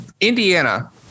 Indiana